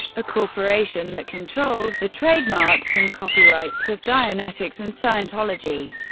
a corporation that controls the trademarks and copyrights of dianetics and scientology.